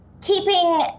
keeping